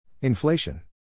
Inflation